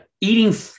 eating